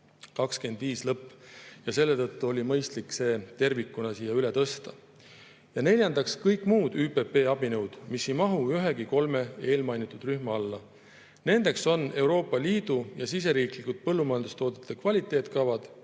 lõpuni ja selle tõttu oli mõistlik see tervikuna siia üle tõsta. Neljandaks, kõik muud ÜPP abinõud, mis ei mahu ühegi kolme eelmainitud rühma alla. Nendeks on Euroopa Liidu ja siseriiklikud põllumajandustoodete kvaliteetkavad,